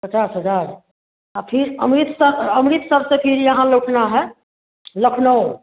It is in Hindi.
पचास हज़ार और फिर अमृतसर और अमृतसर से फिर यहाँ लौटना है लखनऊ